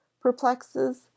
perplexes